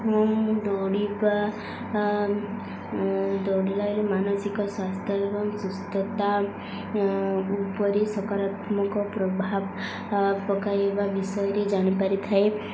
ହଁ ମୁଁ ଦୌଡ଼ିବା ଦୌଡ଼ିଲାରେ ମାନସିକ ସ୍ୱାସ୍ଥ୍ୟ ଏବଂ ସୁସ୍ଥତା ଉପରେ ସକାରାତ୍ମକ ପ୍ରଭାବ ପକାଇବା ବିଷୟରେ ଜାଣିପାରିଥାଏ